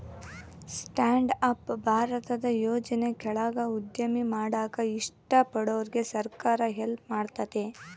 stand up ಭಾರತದ ಯೋಜನೆ ಕೆಳಾಗ ಉದ್ಯಮ ಮಾಡಾಕ ಇಷ್ಟ ಪಡೋರ್ಗೆ ಸರ್ಕಾರ ಹೆಲ್ಪ್ ಮಾಡ್ತತೆ